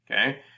okay